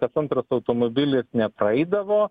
kas antras automobilis nepraeidavo